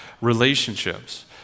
relationships